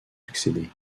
succédé